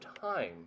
time